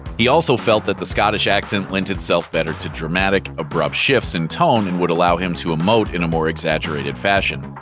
he also felt that the scottish accent lent itself better to dramatic, abrupt shifts in tone and would allow him to um emote in a more exaggerated fashion.